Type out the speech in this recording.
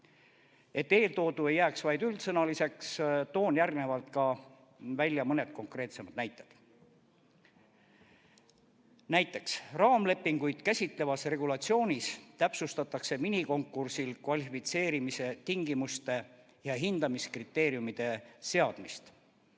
Et eeltoodu ei jääks vaid üldsõnaliseks, toon järgnevalt mõned konkreetsemad näited. Raamlepinguid käsitlevas regulatsioonis täpsustatakse minikonkursil kvalifitseerimise tingimuste ja hindamiskriteeriumide seadmist,